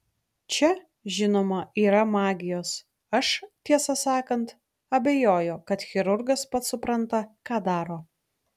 čia žinoma yra magijos aš tiesą sakant abejoju kad chirurgas pats supranta ką daro